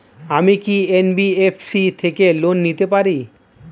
আমি কি এন.বি.এফ.সি থেকে লোন নিতে পারি?